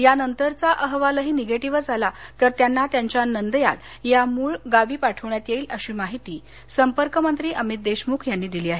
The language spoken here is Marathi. यानंतरचा अहवालही निगेटिव्ह आला तर त्यांना त्यांच्या नंदयाल या मुळ गावी पाठवण्यात येईल अशी माहिती संपर्कमंत्री अमित देशमुख दिली आहे